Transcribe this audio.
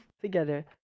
together